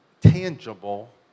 tangible